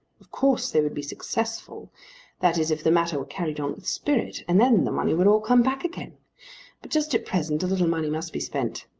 of course they would be successful that is if the matter were carried on with spirit, and then the money would all come back again. but just at present a little money must be spent.